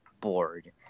bored